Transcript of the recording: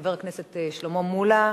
חבר הכנסת שלמה מולה,